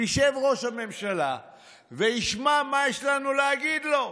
ישב ראש הממשלה וישמע מה יש לנו להגיד לו.